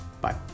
Bye